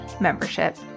membership